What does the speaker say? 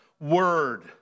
word